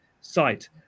site